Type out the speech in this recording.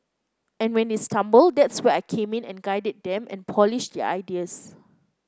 and when they stumble that's where I came in and guided them and polished their ideas